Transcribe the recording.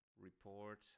report